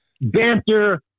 Banter